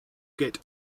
get